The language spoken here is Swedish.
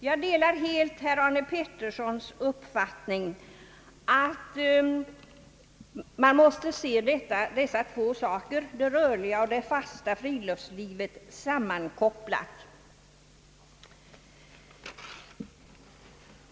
Jag instämmer helt i herr Arne Petterssons uppfattning att man måste se dessa två saker — det rörliga och det fasta friluftslivet — sammankopplade.